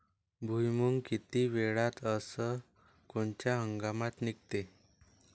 भुईमुंग किती वेळात अस कोनच्या हंगामात निगते?